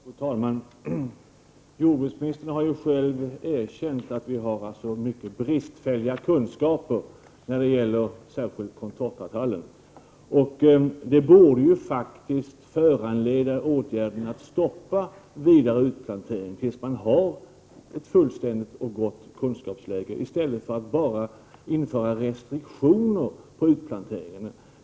Fru talman! Jordbruksministern har själv erkänt att vi i Sverige har mycket bristfälliga kunskaper när det gäller särskilt contortatallen. Det borde faktiskt föranleda åtgärden att stoppa vidare utplantering tills man har ett fullständigt och gott kunskapsläge, i stället för att man bara inför restriktioner för utplanteringen.